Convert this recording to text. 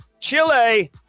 Chile